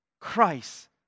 Christ